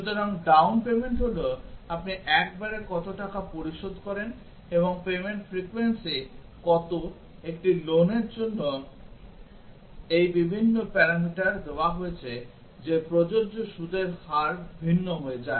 সুতরাং down payment হল আপনি একবারে কত টাকা পরিশোধ করেন এবং পেমেন্ট ফ্রিকোয়েন্সি কত একটি loanর জন্য এই বিভিন্ন প্যারামিটার দেওয়া হয়েছে যে প্রযোজ্য সুদের হার ভিন্ন হয়ে যায়